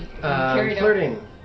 flirting